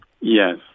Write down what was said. Yes